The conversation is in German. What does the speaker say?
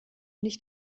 nicht